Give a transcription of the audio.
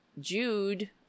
Jude